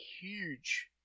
huge